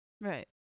Right